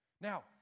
Now